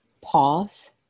pause